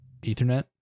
ethernet